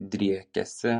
driekiasi